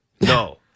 No